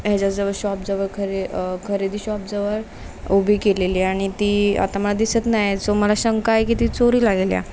याच्याजवळ शॉपजवळ खरे खरेदी शॉपजवळ उभी केलेली आणि ती आता मला दिसत नाही सो मला शंका आहे की ती चोरीला गेली आहे